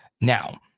Now